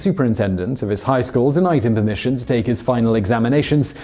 superintendent of his high school denied him permission to take his final examinations,